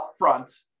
upfront